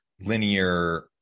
linear